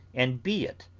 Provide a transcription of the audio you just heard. and be it.